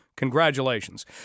Congratulations